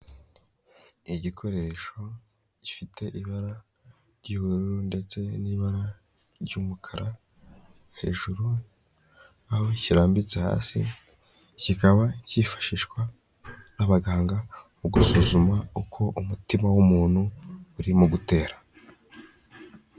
Ni igikoresho gifite ibara ry'ubururu ndetse n'ibara ry'umukara, hejuru aho kirambitse hasi kikaba cyifashishwa n'abaganga mu gusuzuma uko umutima w'umuntu urimo gutera.